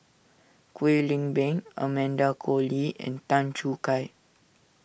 Kwek Leng Beng Amanda Koe Lee and Tan Choo Kai